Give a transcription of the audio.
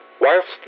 Whilst